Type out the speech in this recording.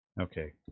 Okay